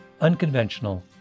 unconventional